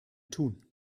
tun